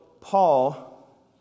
Paul